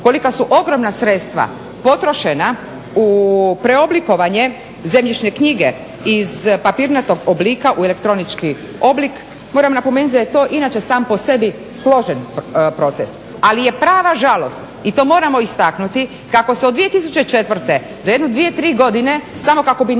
kolika su ogromna sredstva potrošena u preoblikovanje zemljišne knjige iz papirnatog oblika u elektronički oblik, moram napomenuti da je to inače sam po sebi složen proces. Ali je prava žalost i to moramo istaknuti kako se od 2004. do jedno 2, 3 godine samo kako bi